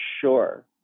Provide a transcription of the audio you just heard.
sure